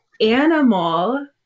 animal